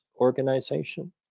Organization